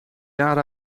jaar